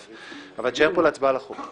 ------ אבל תישאר פה להצבעה על החוק.